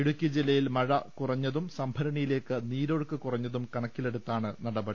ഇടുക്കി ജില്ലയിൽ മഴ കുറ ഞ്ഞതും സംഭരണിയിലേക്ക് നീരൊഴുക്ക് കുറഞ്ഞതും കണ ക്കിലെടുത്താണ് നടപടി